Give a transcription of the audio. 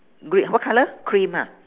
wait what colour cream ha